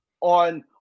on